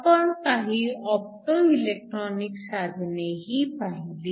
आपण काही opto electronic साधनेही पाहिली